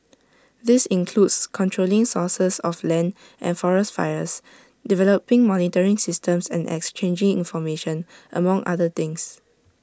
this includes controlling sources of land and forest fires developing monitoring systems and exchanging information among other things